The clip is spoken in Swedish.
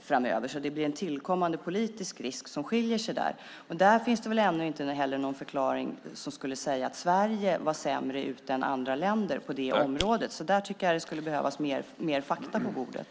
framöver. Det blir en tillkommande politisk risk som skiljer sig där. Det finns heller ännu inte någon förklaring som skulle säga att Sverige skulle komma sämre ut än andra länder på det området. Där skulle det behövas mer fakta på bordet.